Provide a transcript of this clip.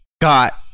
got